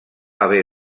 haver